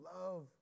love